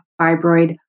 fibroid